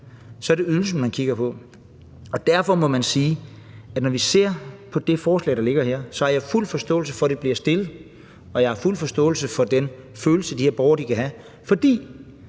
så er det ydelsen, man kigger på. Derfor må jeg sige, at når jeg ser på det forslag, der ligger her, så har jeg fuld forståelse for, at det bliver fremsat, og jeg har fuld forståelse for den følelse, de her borgere kan have. For